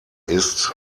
ist